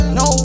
no